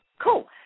cool